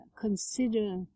consider